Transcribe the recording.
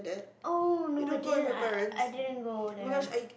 oh no I didn't I I didn't go there